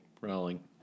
Rowling